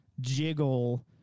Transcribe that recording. jiggle